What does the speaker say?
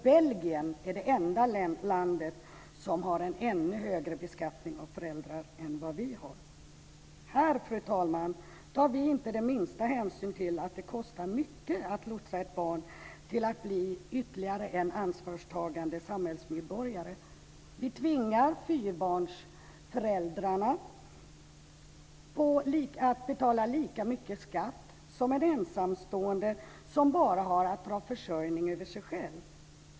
Belgien är det enda land som har en ännu högre beskattning på föräldrar än vad vi har. Fru talman! Här tar vi inte den minsta hänsyn till att det kostar mycket att lotsa ett barn till att bli ytterligare en ansvarstagande samhällsmedborgare. Vi tvingar fyrabarnsföräldrar att betala lika mycket skatt som en ensamstående som bara har att dra försörjning om sig själv.